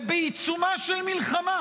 ובעיצומה של מלחמה,